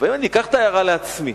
לפעמים אני אקח את ההערה לעצמי.